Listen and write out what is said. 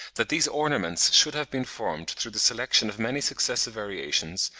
that these ornaments should have been formed through the selection of many successive variations,